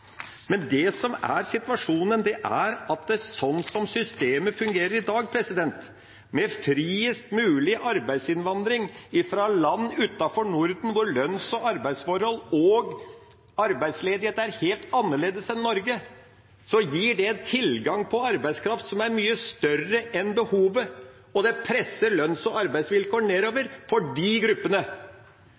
Men det som er situasjonen, er at slik systemet fungerer i dag, med friest mulig arbeidsinnvandring fra land utenfor Norden, hvor lønns- og arbeidsforhold – og arbeidsledighet – er helt annerledes enn i Norge, gir det en tilgang på arbeidskraft som er mye større enn behovet, og det presser lønns- og arbeidsvilkår nedover for disse gruppene.